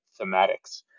thematics